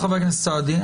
תודה, חבר הכנסת סעדי.